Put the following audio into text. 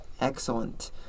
Excellent